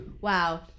wow